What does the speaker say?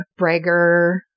brager